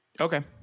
Okay